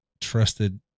trusted